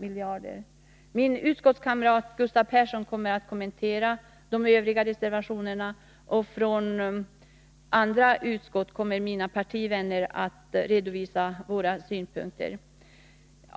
innehåller. Min utskottskamrat Gustav Persson kommer att kommentera de Övriga reservationerna, och mina partivänner i andra utskott kommer också att redovisa våra synpunkter.